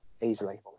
easily